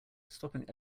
stopping